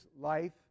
life